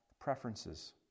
preferences